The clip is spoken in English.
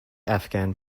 afghan